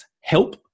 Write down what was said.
help